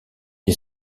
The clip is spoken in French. les